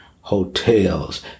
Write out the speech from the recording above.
hotels